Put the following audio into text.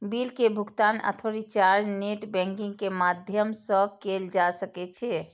bill के भुगातन अथवा रिचार्ज नेट बैंकिंग के माध्यम सं कैल जा सकै छै